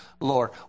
Lord